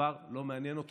דבר לא מעניין אותו.